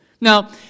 Now